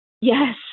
Yes